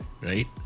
right